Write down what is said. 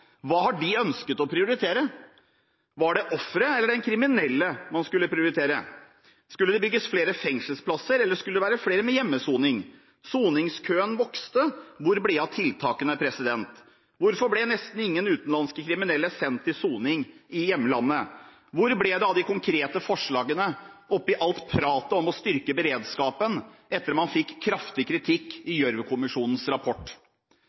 Hva har de ønsket å prioritere? Var det offeret eller den kriminelle man skulle prioritere? Skulle det bygges flere fengselsplasser, eller skulle det være flere med hjemmesoning? Soningskøen vokste – hvor ble det av tiltakene? Hvorfor ble nesten ingen utenlandske kriminelle sendt til soning i hjemlandet? Hvor ble det av de konkrete forslagene oppi alt pratet om å styrke beredskapen etter at man fikk kraftig kritikk i Gjørv-kommisjonens rapport?